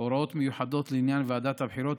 (הוראות מיוחדות לעניין ועדת הבחירות),